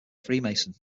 freemason